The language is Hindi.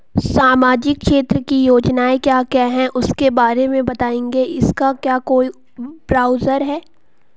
सामाजिक क्षेत्र की योजनाएँ क्या क्या हैं उसके बारे में बताएँगे इसका क्या कोई ब्राउज़र है?